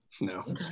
no